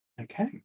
Okay